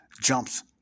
jumps